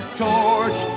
torch